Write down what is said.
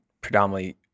predominantly